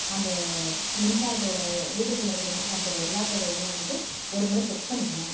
அந்த மின்சாரத்தோடய வீடுகளில் இருக்கிற மின்சாரத்தோடய எல்லாத்தோடய இதையும் வந்துட்டு ஒரு முறை செக் பண்ணிக்கணும்